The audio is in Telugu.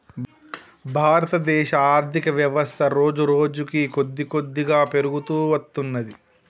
భారతదేశ ఆర్ధికవ్యవస్థ రోజురోజుకీ కొద్దికొద్దిగా పెరుగుతూ వత్తున్నది